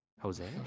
Jose